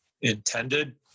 intended